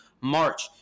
March